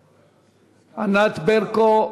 הכנסת ענת ברקו שאלה,